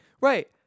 Right